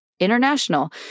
international